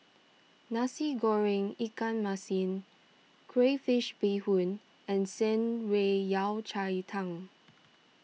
Nasi Goreng Ikan Masin Crayfish BeeHoon and Shan Rui Yao Cai Tang